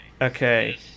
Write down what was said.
okay